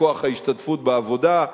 בכוח ההשתתפות בעבודה,